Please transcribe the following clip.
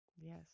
Yes